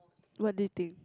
what do you think